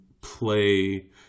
play